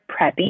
preppy